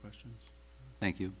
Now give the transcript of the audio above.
question thank you